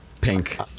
pink